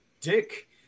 dick